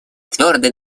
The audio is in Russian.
твердое